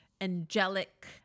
angelic